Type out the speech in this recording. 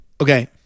Okay